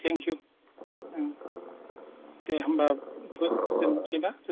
thank you ओं दे होमबा फोजोबसै ना